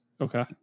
Okay